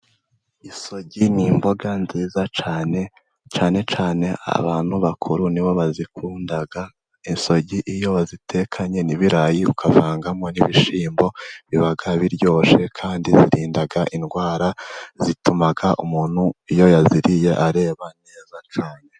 Isogi n'imboga nziza cyane, cyane cyane abantu bakuru nibo bazikunda, isogi iyo bazitekanye n'ibirayi ukavangamo n'ibishimbo bibag biryoshye kandi birinda indwara zituma umuntu iyo yaziriye areba neza.